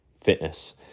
fitness